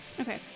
Okay